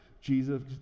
Jesus